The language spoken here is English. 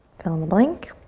fill in the blank.